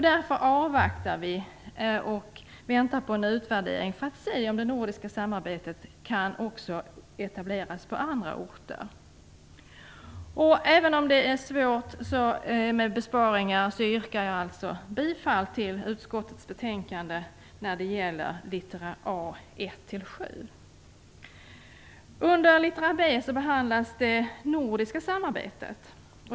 Därför avvaktar vi en utredning för att se om det nordiska samarbetet också kan etableras på andra orter. Även om det är svårt med besparingar så yrkar jag bifall till utskottets hemställan när det gäller littera A Under littera B behandlas det nordiska samarbetet.